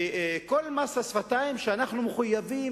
כל מס השפתיים: אנחנו מחויבים,